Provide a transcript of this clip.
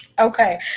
Okay